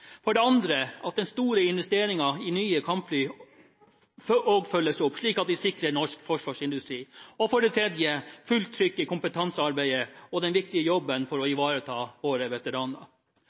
For det andre: at den store investeringen i nye kampfly også følges opp, slik at vi sikrer norsk forsvarsindustri. For det tredje: fullt trykk i kompetansearbeidet og den viktige jobben for å ivareta våre veteraner.